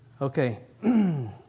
Okay